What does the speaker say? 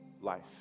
life